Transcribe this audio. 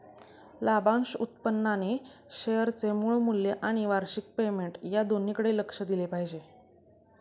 लाभांश उत्पन्नाने शेअरचे मूळ मूल्य आणि वार्षिक पेमेंट या दोन्हीकडे लक्ष दिले पाहिजे